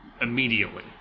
immediately